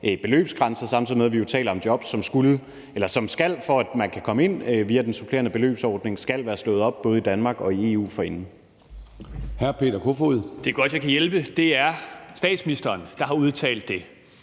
beløbsgrænse, samtidig med at vi taler om jobs, som skal, for at man kan komme ind via den supplerende beløbsordning, være slået op i både Danmark og i EU forinden.